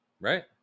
right